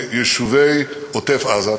ליישובי עוטף-עזה,